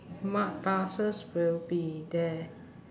what buses will be there